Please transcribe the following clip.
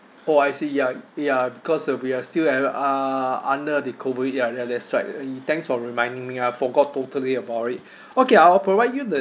oh I see ya ya because uh we are still have uh under the COVID ya th~ that's right you thanks for reminding me I forgot totally about it okay I'll provide you the